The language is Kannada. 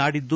ನಾಡಿದ್ದು